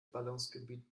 ballungsgebiet